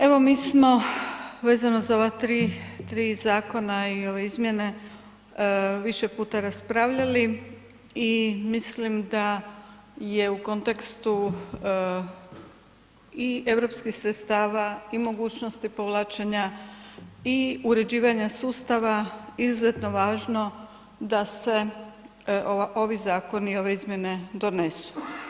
Evo, mi smo vezano za ova 3 zakona i ove izmjene više puta raspravljali i mislim da je u kontekstu i EU sredstava i mogućnosti povlačenja i uređivanja sustava izuzetno važno da se ovi zakoni, ove izmjene donesu.